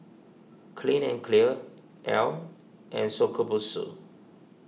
Clean and Clear Elle and Shokubutsu